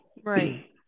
Right